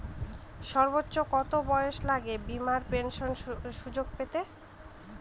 সর্বোচ্চ কত বয়স লাগে বীমার পেনশন সুযোগ পেতে?